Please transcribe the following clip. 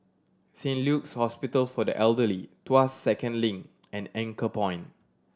Saint Luke's Hospital for the Elderly Tuas Second Link and Anchorpoint